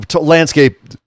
landscape